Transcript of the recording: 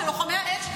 של לוחמי האש,